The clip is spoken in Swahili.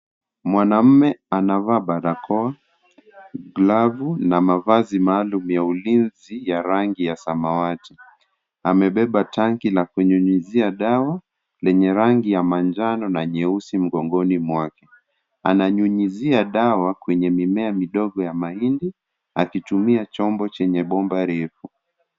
Mwanamume anavaa barakoa, glavu na mavazi maalum ya ulinzi ya rangi ya samawati. Amebeba tanki na kunyunyizia dawa lenye rangi ya manjano na nyeusi mgongoni mwake. Ananyunyizia dawa kwenye mimea midogo ya mahindi akitumia chombo chenye bomba refu.